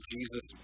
Jesus